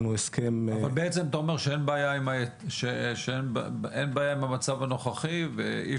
אבל בעצם אתה אומר שאין בעיה עם המצב הנוכחי ואי